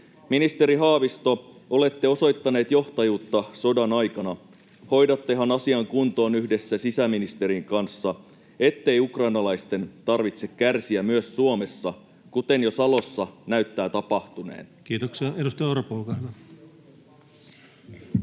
Ministeri Haavisto, olette osoittanut johtajuutta sodan aikana. Hoidattehan asian kuntoon yhdessä sisäministerin kanssa, ettei ukrainalaisten tarvitse kärsiä myös Suomessa, kuten jo Salossa näyttää tapahtuneen? Kiitoksia. — Edustaja Orpo, olkaa hyvä.